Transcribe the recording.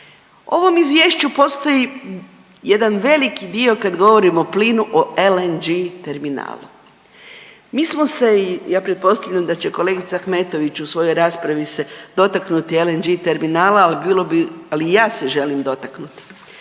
ovom izvješću postoji jedan veliki dio kad govorimo o plinu o LNG terminalu. Mi smo se i ja pretpostavljam da će kolegica Ahmetović u svojoj raspravi se dotaknuti LNG terminala, ali i ja se želim dotaknuti.